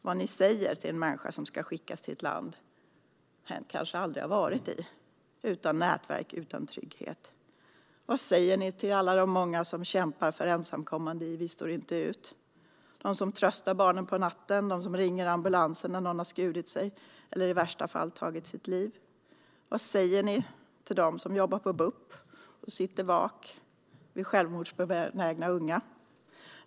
Vad säger ni till en människa som ska skickas till ett land hen kanske aldrig varit i, utan nätverk och utan trygghet? Vad säger ni till de många som kämpar för ensamkommande i Vi står inte ut? Vad säger ni till dem som tröstar barnen på natten och som ringer ambulansen när någon skurit sig - eller i värsta fall tagit sitt liv? Vad säger ni till dem som jobbar på BUP och sitter vak vid självmordsbenägna unga?